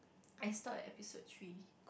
I stop at episode three